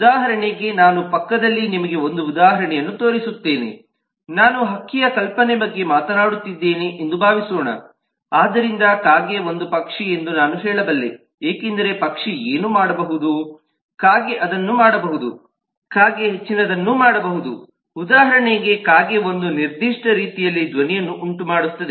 ಉದಾಹರಣೆಗೆ ನಾನು ಪಕ್ಕದಲ್ಲಿ ನಿಮಗೆ ಒಂದು ಉದಾಹರಣೆಯನ್ನು ತೋರಿಸುತ್ತೇನೆ ನಾನು ಹಕ್ಕಿಯ ಕಲ್ಪನೆ ಬಗ್ಗೆ ಮಾತನಾಡುತ್ತಿದ್ದೇನೆ ಎಂದು ಭಾವಿಸೋಣ ಆದ್ದರಿಂದ ಕಾಗೆ ಒಂದು ಪಕ್ಷಿ ಎಂದು ನಾನು ಹೇಳಬಲ್ಲೆ ಏಕೆಂದರೆ ಪಕ್ಷಿ ಏನು ಮಾಡಬಹುದು ಕಾಗೆ ಅದನ್ನು ಮಾಡಬಹುದು ಕಾಗೆ ಹೆಚ್ಚಿನದನ್ನು ಮಾಡಬಹುದು ಉದಾಹರಣೆಗೆ ಕಾಗೆ ಒಂದು ನಿರ್ದಿಷ್ಟ ರೀತಿಯಲ್ಲಿ ಧ್ವನಿಯನ್ನು ಉಂಟುಮಾಡುತ್ತದೆ